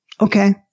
Okay